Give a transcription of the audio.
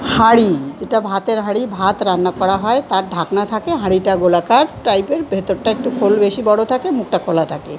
হাঁড়ি যেটা ভাতের হাঁড়ি ভাত রান্না করা হয় তার ঢাকনা থাকে হাঁড়িটা গোলাকার টাইপের ভিতরটা একটু খোল বেশি বড় থাকে মুখটা খোলা থাকে